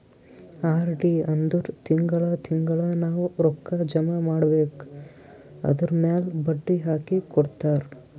RD ಅಂದುರ್ ತಿಂಗಳಾ ತಿಂಗಳಾ ನಾವ್ ರೊಕ್ಕಾ ಜಮಾ ಮಾಡ್ಬೇಕ್ ಅದುರ್ಮ್ಯಾಲ್ ಬಡ್ಡಿ ಹಾಕಿ ಕೊಡ್ತಾರ್